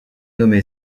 nommé